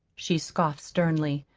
she scoffed sternly.